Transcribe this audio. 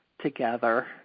together